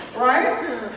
Right